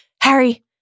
Harry